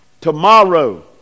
Tomorrow